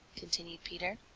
continued peter.